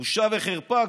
בושה וחרפה.